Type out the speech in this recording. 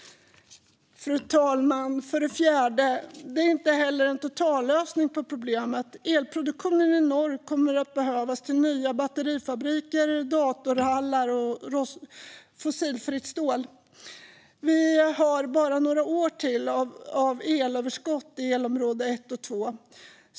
Fru talman! För det fjärde är det inte heller en totallösning på problemet. Elproduktionen i norr kommer att behövas till nya batterifabriker, datorhallar och fossilfritt stål. Vi har bara några år till av elöverskott i elprisområde 1 och 2.